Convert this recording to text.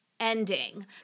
ending